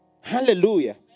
Hallelujah